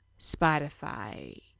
Spotify